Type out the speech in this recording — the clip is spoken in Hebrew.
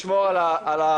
לשמור על הקטנות.